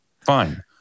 Fine